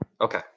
Okay